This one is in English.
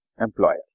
employer